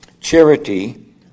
Charity